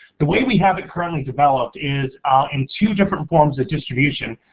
the way we have it currently developed is in two different forms of distribution.